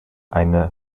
eine